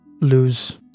lose